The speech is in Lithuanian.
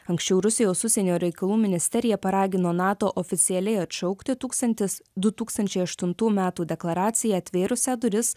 anksčiau rusijos užsienio reikalų ministerija paragino nato oficialiai atšaukti tūkstantis du tūkstančiai aštuntų metų deklaraciją atvėrusią duris